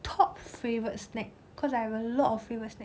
top favourite snack cause I have a lot of favourite snack